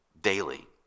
daily